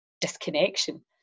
disconnection